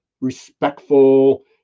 respectful